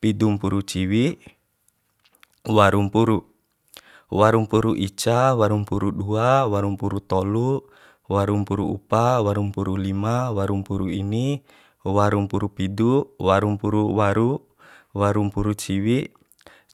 Pidu mpuru ciwi waru mpuru waru mpuru ica waru mpuru dua waru mpuru tolu waru mpuru upa waru mpuru lima waru mpuru ini waru mpuru pidu waru mpuru waru waru mpuru ciwi